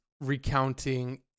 recounting